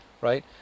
right